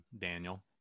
Daniel